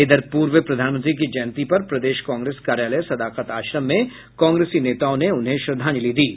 इधर पूर्व प्रधानमंत्री की जयंती पर प्रदेश कांग्रेस कार्यालय सदाकत आश्रम में कांग्रेसी नेताओं ने उन्हें श्रद्धांजलि अर्पित की